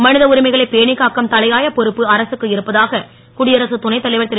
ம த உரிமைகளை பேணிக் காக்கும் தலையாய பொறுப்பு அரசுக்கு இருப்பதாக குடியரசுத் துணைத்தலைவர் ரு